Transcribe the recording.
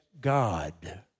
God